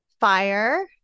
fire